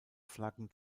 flaggen